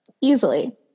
Easily